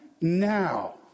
now